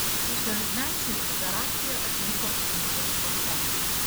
šešiolikmečiui operaciją atliko išimties tvarka